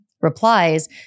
replies